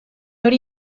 hori